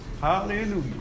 Hallelujah